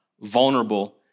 vulnerable